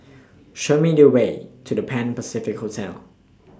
Show Me The Way to The Pan Pacific Hotel